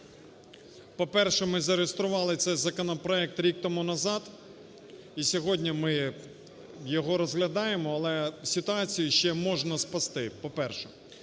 По-перше, ми зареєстрували цей законопроект рік тому назад. І сьогодні ми його розглядаємо, але ситуацію ще можна спасти, по-перше.